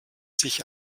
sich